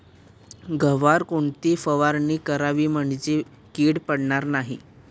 गव्हावर कोणती फवारणी करावी म्हणजे कीड पडणार नाही?